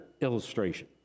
illustration